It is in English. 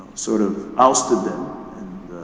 sort of ousted them and.